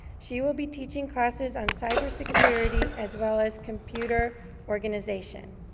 she will be teaching classes on cyber security, as well as computer organization.